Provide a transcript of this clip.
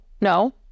no